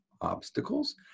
obstacles